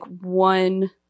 one